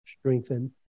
strengthen